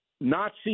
Nazi